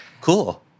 Cool